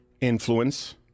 influence